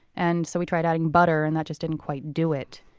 and so we tried adding butter and that just didn't quite do it.